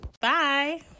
Bye